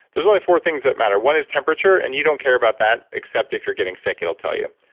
there's only four things that matter. one is temperature, and you don't care about that, except if you're getting sick, it'll tell you.